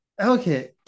okay